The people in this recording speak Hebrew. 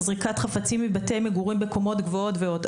זריקת חפצים מבתי מגורים בקומות גבוהות ועוד.